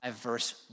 verse